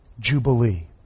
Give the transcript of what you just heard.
Jubilee